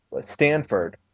Stanford